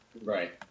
Right